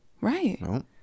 Right